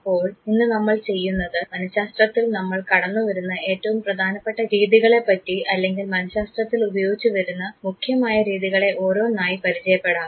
അപ്പോൾ ഇന്ന് നമ്മൾ ചെയ്യുന്നത് മനഃശാസ്ത്രത്തിൽ നമ്മൾ കടന്നുവരുന്ന ഏറ്റവും പ്രധാനപ്പെട്ട രീതികളെപറ്റി അല്ലെങ്കിൽ മനഃശാസ്ത്രത്തിൽ ഉപയോഗിച്ചുവരുന്ന മുഖ്യമായ രീതികളെ ഓരോന്നായി പരിചയപ്പെടാം